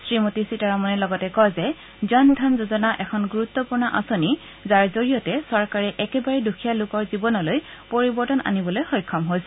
শ্ৰীমতী সীতাৰমণে লগতে কয় যে জন ধন যোজনা এখন গুৰুত্বপূৰ্ণ আঁচনি যাৰ জৰিয়তে চৰকাৰে একেবাৰে দুখীয়া লোকৰ জীৱনলৈ পৰিৱৰ্তন আনিবলৈ সক্ষম হৈছে